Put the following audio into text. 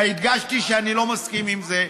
והדגשתי שאני לא מסכים עם זה.